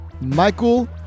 Michael